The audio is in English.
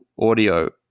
audio